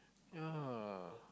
ya